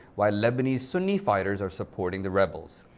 while lebanese sunni fighters are supporting the rebels.